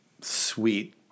sweet